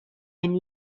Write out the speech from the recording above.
and